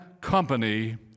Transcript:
company